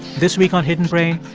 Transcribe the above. this week on hidden brain,